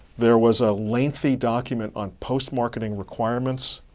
there was a lengthy document on post-marketing requirements,